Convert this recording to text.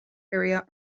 area